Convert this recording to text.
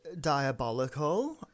diabolical